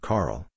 Carl